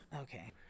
Okay